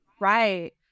Right